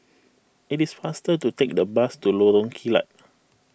it is faster to take the bus to Lorong Kilat